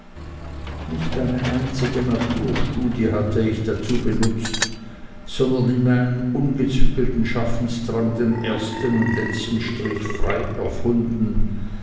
nicht eine einzige naturstudie hatte ich dazu benutzt sondern in meinem ungezügelten schaffensdrang den ersten und letzten strich frei erfunden